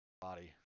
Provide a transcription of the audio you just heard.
body